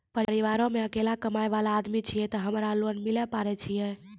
परिवारों मे अकेलो कमाई वाला आदमी छियै ते हमरा लोन मिले पारे छियै?